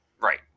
Right